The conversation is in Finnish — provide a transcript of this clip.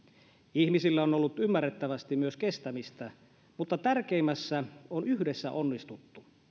ihmisillä on ollut ymmärrettävästi myös kestämistä mutta tärkeimmässä on yhdessä onnistuttu